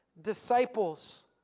Disciples